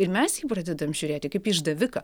ir mes į jį pradedam žiūrėti kaip į išdaviką